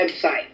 website